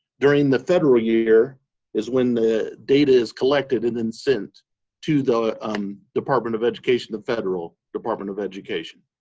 during the federal year is when the data is collected and then sent to the um department of education, the federal department of education.